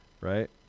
right